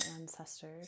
ancestors